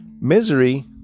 misery